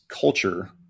culture